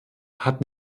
hat